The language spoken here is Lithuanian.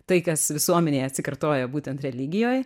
tai kas visuomenėj atsikartoja būtent religijoj